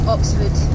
Oxford